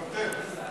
מוותר.